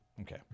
Okay